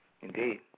Indeed